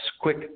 quick